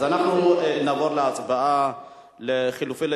אז אנחנו נעבור להצבעה על ההסתייגות לחלופין של